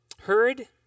heard